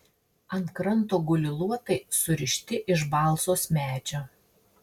ant kranto guli luotai surišti iš balzos medžio